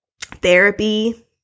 therapy